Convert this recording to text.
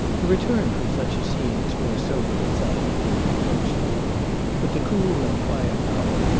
the return from such a scene is more soberly silent than the approach to it but the cool and quiet hour,